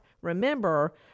remember